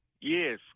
Yes